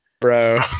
bro